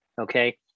okay